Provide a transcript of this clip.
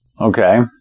Okay